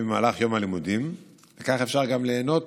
במהלך יום הלימודים וכך אפשר גם ליהנות